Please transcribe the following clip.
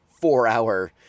four-hour